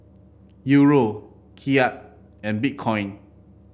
Euro Kyat and Bitcoin